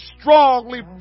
strongly